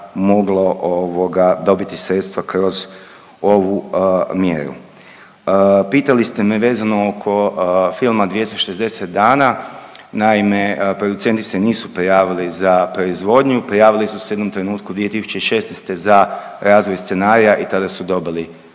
ovoga dobiti sredstva kroz ovu mjeru. Pitali ste me vezano oko filma 260 dana. Naime, producenti se nisu prijavili za proizvodnju. Prijavili su se u jednom trenutku 2016. za razvoj scenarija i tada su dobili,